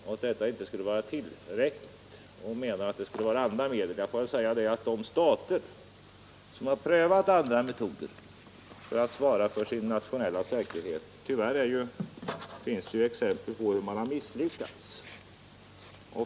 Det skulle inte vara tillräckligt, menar han, utan här skulle behövas andra medel. Men de stater som har prövat andra metoder för sin nationella säkerhet ger oss tyvärr exempel på att man har misslyckats.